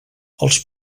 els